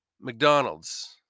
McDonald's